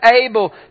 able